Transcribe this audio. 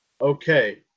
okay